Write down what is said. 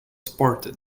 spartan